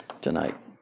tonight